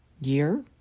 year